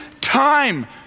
time